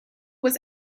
was